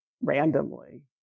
randomly